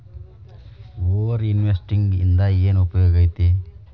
over investing ಇಂದ ಏನ್ ಉಪಯೋಗ ಐತಿ